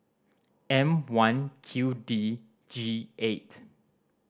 M One Q D G eight